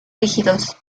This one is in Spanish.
rígidos